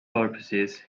purposes